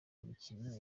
imikino